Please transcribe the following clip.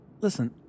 Listen